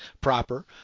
proper